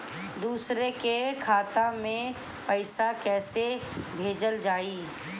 दूसरे के खाता में पइसा केइसे भेजल जाइ?